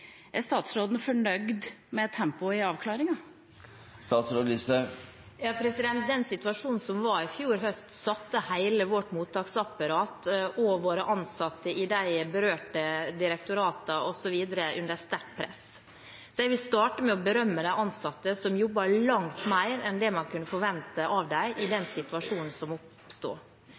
er her. Er statsråden fornøyd med tempoet i avklaringer? Den situasjonen vi hadde i fjor høst, satte hele vårt mottaksapparat og våre ansatte i de berørte direktoratene osv. under sterkt press, så jeg vil starte med å berømme de ansatte, som jobbet langt mer enn det man kunne forvente av dem i den situasjonen som